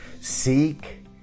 Seek